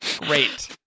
Great